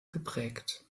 geprägt